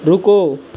ਰੁਕੋ